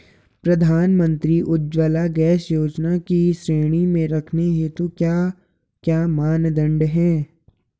प्रधानमंत्री उज्जवला गैस योजना की श्रेणी में रखने हेतु क्या क्या मानदंड है?